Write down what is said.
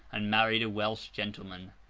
and married a welsh gentleman.